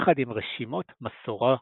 יחד עם רשימות מסורה אחרות.